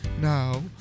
now